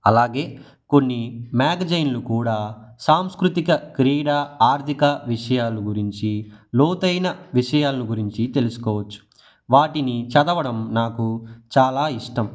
అలాగే కొన్ని మ్యాగజైన్లు కూడా సాంస్కృతిక క్రీడా ఆర్థిక విషయాలు గురించి లోతైన విషయాలను గురించి తెలుసుకోవచ్చు వాటిని చదవడం నాకు చాలా ఇష్టం